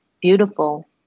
beautiful